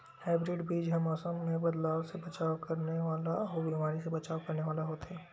hybrid बीज हा मौसम मे बदलाव से बचाव करने वाला अउ बीमारी से बचाव करने वाला होथे